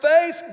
faith